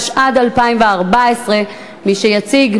התשע"ד 2014. מי שיציג,